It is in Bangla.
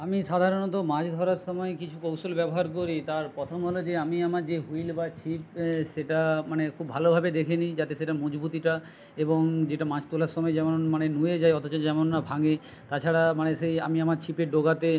আমি সাধারণত মাছ ধরার সময় কিছু কৌশল ব্যবহার করি তার প্রথম হল যে আমি আমার যে হুইল বা ছিপ সেটা মানে খুব ভালোভাবে দেখে নিই যাতে সেটার মজবুতিটা এবং যেটা মাছ তোলার সময় যেমন মানে নুয়ে যায় অথচ যেমন না ভাঙে তাছাড়া মানে সেই আমি আমার ছিপের ডগাতে